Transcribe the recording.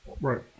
Right